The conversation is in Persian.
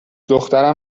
دخترم